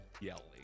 yelling